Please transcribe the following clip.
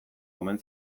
omen